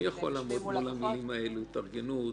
מי יכול לעמוד מול המילים האלה "התארגנות"